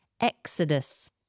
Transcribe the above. exodus